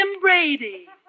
Brady